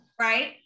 Right